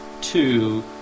two